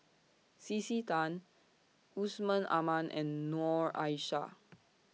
C C Tan Yusman Aman and Noor Aishah